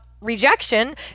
rejection